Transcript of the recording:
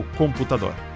computador